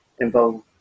involve